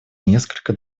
несколько